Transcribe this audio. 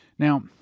Now